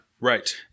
Right